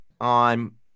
on